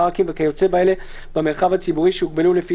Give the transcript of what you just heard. פארקים וכיוצא באלה במרחב הציבורי שהוגבלו לפי